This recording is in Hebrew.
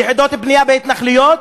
יחידות בנייה בהתנחלויות,